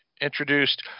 introduced